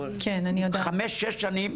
חמש-שש שנים,